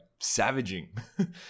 savaging